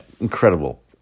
incredible